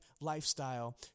lifestyle